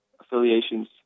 affiliations